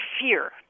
fear